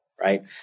right